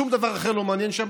שום דבר אחר לא מעניין שם.